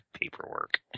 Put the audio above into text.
paperwork